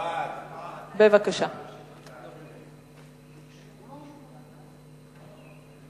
ההסתייגות של חבר הכנסת דוד אזולאי לסעיף 2 נתקבלה.